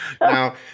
now